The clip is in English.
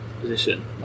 position